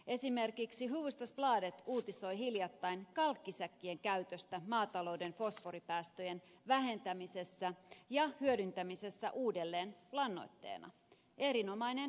esimerkiksi hufvudstadsbladet uutisoi hiljattain kalkkisäkkien käytöstä maatalouden fosforipäästöjen vähentämisessä ja hyödyntämisessä uudelleen lannoitteena erinomainen innovaatio